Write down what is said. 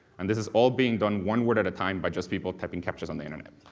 and this is all being done one word at a time by just people typing captchas on the internet.